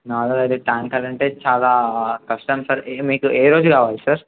నాలుగు ఐదు టాంకర్ అంటే చాలా కష్టం సార్ మీకు ఏ రోజులు కావాలి సార్